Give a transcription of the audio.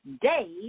day